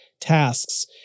tasks